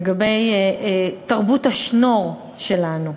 לגבי תרבות השנור שלנו.